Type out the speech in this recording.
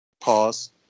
Pause